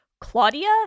Claudia